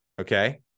okay